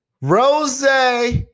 Rose